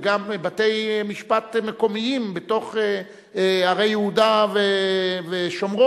וגם בתי-משפט מקומיים בתוך ערי יהודה ושומרון,